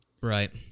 Right